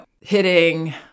hitting